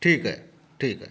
ठीक अइ ठीक अइ